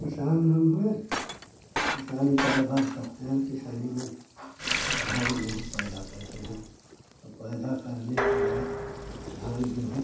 किसान हम हैं किसानी कार बार करते हैं किसानी में धान गेहूँ पैदा करते हैं और पैदा करने के बाद धान गेहूँ